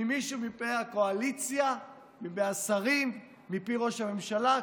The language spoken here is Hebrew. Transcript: ממישהו מהקואליציה, מהשרים, מפי ראש הממשלה?